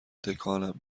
تکانم